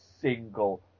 single